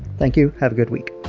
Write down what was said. thank you. have a good week